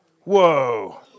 Whoa